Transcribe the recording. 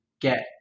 get